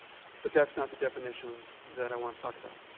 but that's not the definition that i want to talk about.